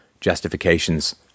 justifications